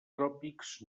tròpics